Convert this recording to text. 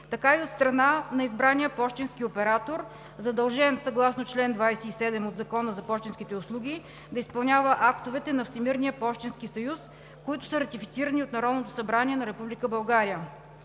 така и от страна на избрания пощенския оператор, задължен съгласно чл. 27 от Закона за пощенските услуги да изпълнява актовете на Всемирния пощенски съюз, които са ратифицирани от Народното събрание на